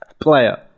Player